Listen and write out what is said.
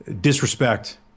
disrespect